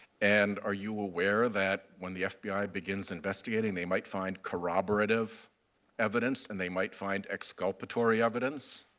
and are you aware that, when the fbi begins investigating, they might find corroborative evidence and they might find exculpatory evidence?